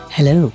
Hello